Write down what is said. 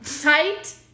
tight